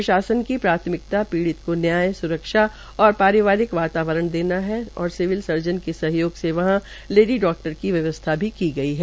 प्रशासन की प्राथमिकता पीडि़त को न्याय सुरक्षा और पारिवारिक वातावरण देना है और सिविल सर्जन के सहयोग से वहां लेडी डाक्टर की व्यवस्था की गई है